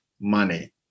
money